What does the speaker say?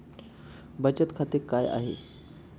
बचत खाते काय आहे?